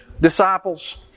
Disciples